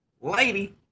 Lady